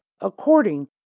according